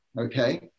Okay